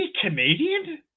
Canadian